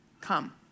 come